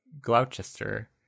Gloucester